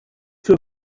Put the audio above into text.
für